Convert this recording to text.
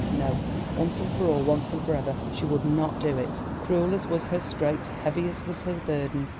no once and for all, once and for ever, she would not do it. cruel as was her strait, heavy as was her burden,